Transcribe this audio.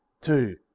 two